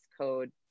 code